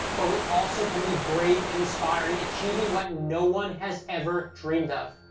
but we also can be brave and inspiring, achieving what no one has ever dreamed of.